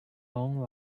own